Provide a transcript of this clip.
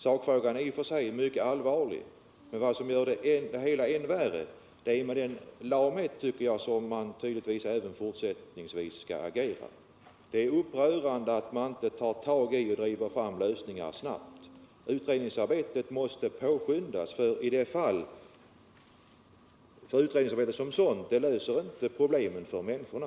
Sakfrågan är i och för sig mycket allvarlig. Men vad som gör det hela än värre är den lamhet, med vilken man tydligen även fortsättningsvis ämnar agera. Det är upprörande att man inte driver fram lösningar snabbt. Utredningsarbetet måste påskyndas, eftersom utredningsarbetet som sådant inte löser några problem för människorna.